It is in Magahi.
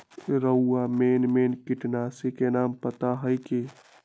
रउरा मेन मेन किटनाशी के नाम पता हए कि?